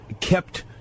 kept